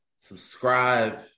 subscribe